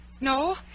No